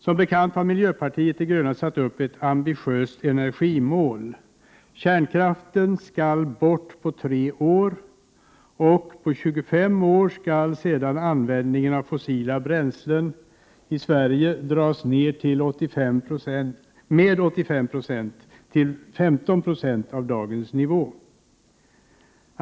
Som bekant har miljöpartiet de gröna satt upp ett ambitiöst energimål: Kärnkraften skall bort på tre år, och på 25 år skall sedan användningen av fossila bränslen i Sverige dras ned med 85 9 till 15 26 av dagens nivå.